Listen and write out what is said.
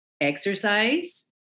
exercise